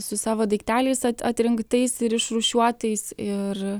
su savo daikteliais atrinktais ir išrūšiuotais ir